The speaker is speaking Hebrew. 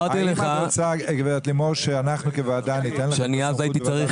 האם את רוצה, גב' לימור, שאנחנו כוועדה ניתן לכם